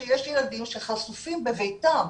שיש ילדים שחשופים בביתם